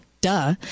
Duh